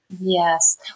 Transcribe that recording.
Yes